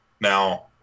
Now